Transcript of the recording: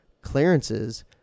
clearances